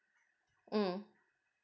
mm